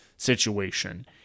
situation